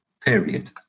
period